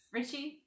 Richie